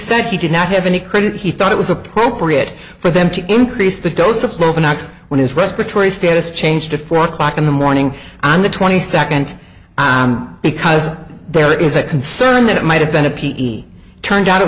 said he did not have any credit he thought it was appropriate for them to increase the dose of overnights when his respiratory status changed to four o'clock in the morning on the twenty second because there is a concern that it might have been a p e turned out it